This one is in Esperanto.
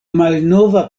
malnova